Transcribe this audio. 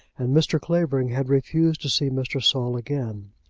and mr. clavering had refused to see mr. saul again.